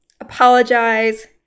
apologize